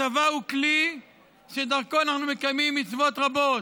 הצבא הוא כלי שדרכו אנחנו מקיימים מצוות רבות.